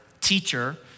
teacher